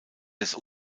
des